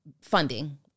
funding